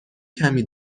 کمی